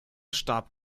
starb